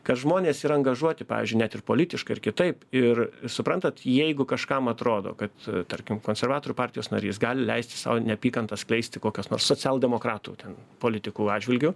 kad žmonės yra angažuoti pavyzdžiui net ir politiškai ir kitaip ir suprantat jeigu kažkam atrodo kad tarkim konservatorių partijos narys gali leisti sau neapykantą skleisti kokios nors socialdemokratų ten politikų atžvilgiu